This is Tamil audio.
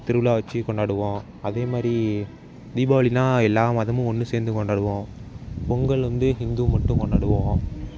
திருவிழா வச்சு கொண்டாடுவோம் அதேமாதிரி தீபாவளினா எல்லா மதமும் ஒன்று சேர்ந்து கொண்டாடுவோம் பொங்கல் வந்து ஹிந்து மட்டும் கொண்டாடுவோம்